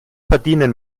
verdienen